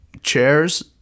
chairs